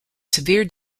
severe